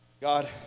God